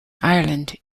ireland